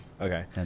okay